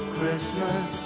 Christmas